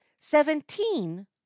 seventeen